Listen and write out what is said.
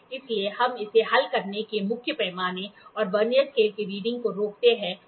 इसलिए हम इसे हल करने के लिए मुख्य पैमाने और वर्नियर स्केल की रीडिंग को रोकते हैं और देखते हैं